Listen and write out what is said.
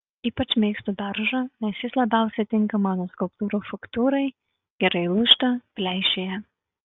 ypač mėgstu beržą nes jis labiausiai tinka mano skulptūrų faktūrai gerai lūžta pleišėja